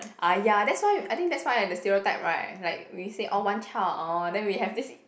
!aiya! that's why I think that's why the stereotype right like we say oh one child oh then we have this